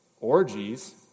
orgies